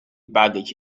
baggage